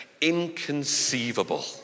inconceivable